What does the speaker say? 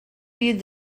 viewed